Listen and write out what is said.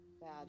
Bad